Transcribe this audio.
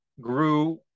grew